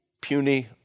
puny